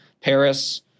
Paris